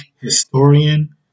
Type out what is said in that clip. historian